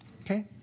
Okay